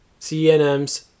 CNMs